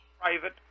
private